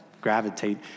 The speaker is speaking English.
gravitate